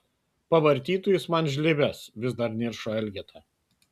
pavartytų jis man žlibes vis dar niršo elgeta